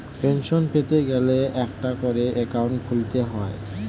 pension পেতে গেলে একটা করে অ্যাকাউন্ট খুলতে হয়